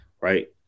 Right